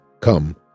Come